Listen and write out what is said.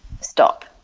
stop